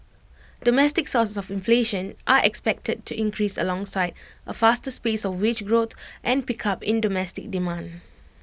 domestic sources of inflation are expected to increase alongside A faster pace of wage growth and pickup in domestic demand